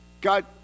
God